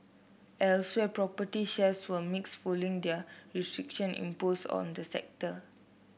elsewhere property shares were mixed following new restriction imposed on the sector